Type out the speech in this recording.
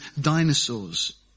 dinosaurs